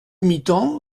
mitan